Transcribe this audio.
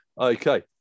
Okay